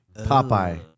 Popeye